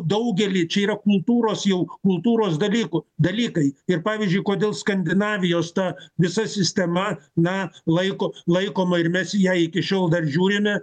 daugelį čia yra kultūros jau kultūros dalykų dalykai ir pavyzdžiui kodėl skandinavijos ta visa sistema na laiko laikoma ir mes į ją iki šiol dar žiūrime